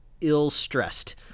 ill-stressed